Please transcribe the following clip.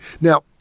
Now